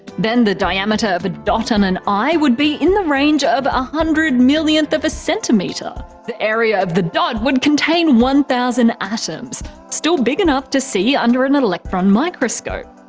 then, the diameter of a dot on an i would be in the range of ah hundred-millionth of a centimeter. the area of the dot would contain one thousand atoms still big enough to see under an an electron microscope.